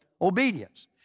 obedience